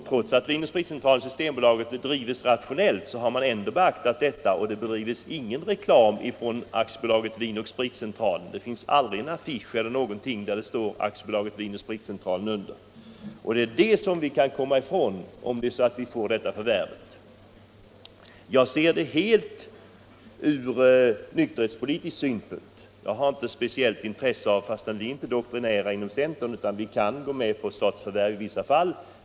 Trots att Vin & Spritcentralen AB liksom Systembolaget bedrives rationellt har man beaktat detta. Det förekommer ingen reklam och aldrig någon affisch med namnet Vin & Spritcentralen AB. Det är sådant vi kan komma ifrån genom detta förvärv. Jag ser frågan helt ur nykterhetspolitisk synpunkt. Jag har inte speciellt intresse av några statsförvärv, men vi är inom centern inte doktrinära utan kan gå med på statsförvärv i vissa fall.